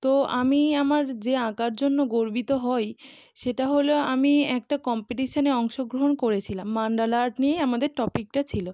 তো আমি আমার যে আঁকার জন্য গর্বিত হই সেটা হলো আমি একটা কম্পিটিশানে অংশগ্রহণ করেছিলাম মান্ডালা আর্ট নিয়েই আমাদের টপিকটা ছিলো